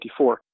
1954